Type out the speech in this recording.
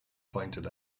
pointed